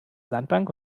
sandbank